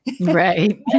right